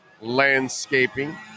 landscaping